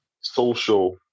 social